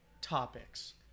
topics